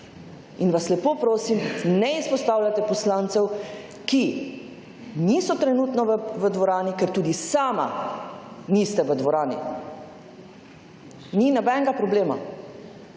In vsa lepo prosim ne izpostavljajte poslancev, ki niso trenutno v dvorani, ker tudi sama niste v dvorani. Ni nobenega problema.